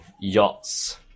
yachts